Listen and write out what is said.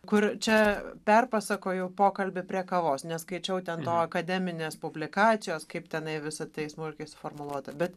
kur čia perpasakoju pokalbį prie kavos neskaičiau to akademinės publikacijos kaip tenai visa tai smulkiai suformuluota bet